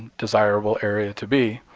desirable area to be